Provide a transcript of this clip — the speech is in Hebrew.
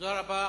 תודה רבה.